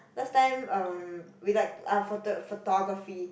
last time um we like photog~ photography